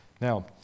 Now